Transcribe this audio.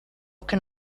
can